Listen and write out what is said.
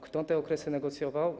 Kto te okresy negocjował?